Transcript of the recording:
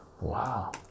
wow